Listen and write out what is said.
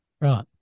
Right